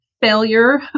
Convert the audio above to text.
failure